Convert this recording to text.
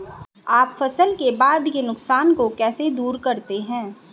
आप फसल के बाद के नुकसान को कैसे दूर करते हैं?